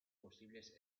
posibles